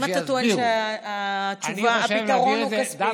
אם אתה טוען שהפתרון הוא כספי,